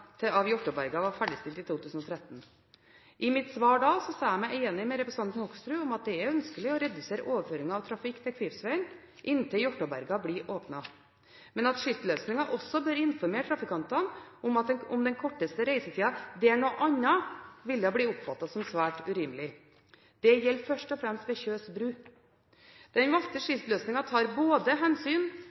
av Hjartåberga var ferdigstilt i 2013. I mitt svar da sa jeg meg enig med representanten Hoksrud i at det er ønskelig å redusere overføringen av trafikk til Kvivsvegen inntil Hjartåberga blir åpnet, men at skiltløsningen også bør informere trafikantene om den korteste reisetiden der noe annet ville bli oppfattet som svært urimelig. Dette gjelder først og fremst ved Kjøs bru. Den valgte skiltløsningen tar hensyn